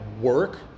work